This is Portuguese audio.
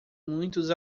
muitos